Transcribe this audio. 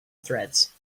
threads